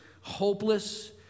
hopeless